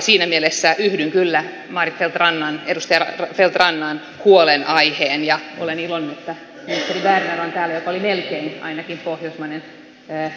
siinä mielessä yhdyn kyllä edustaja maarit feldt rannan huolenaiheeseen ja olen iloinen että ministeri berner on täällä joka on melkein ainakin pohjoismainen ministeri